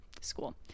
School